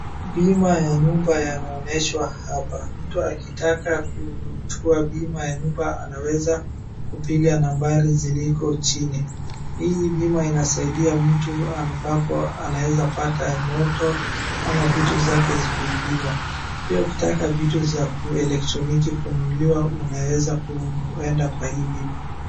Bima ya nyumba yanaonyeshwa hapa. Mtu akitaka kuchukua bima ya nyumba anaweza kupiga nambari ziliko chini. Hii bima inasaidia mtu ambapo anaeza pata moto ama vitu zake zikiibiwa. Pia ukitaka vitu za kieletroniki kununuliwa unaeza kuenda kwa hii bima.